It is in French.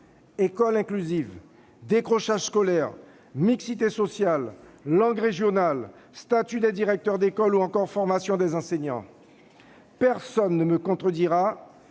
École inclusive, décrochage scolaire, mixité sociale, langues régionales, statut des directeurs d'école ou encore formation des enseignants : personne ne me contredira